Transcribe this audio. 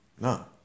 No